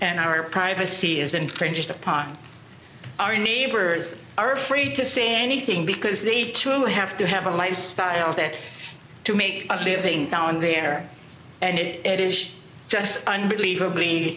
and our privacy is infringed upon our neighbors are afraid to say anything because they too have to have a lifestyle that to make a living now in the air and it is just unbelievably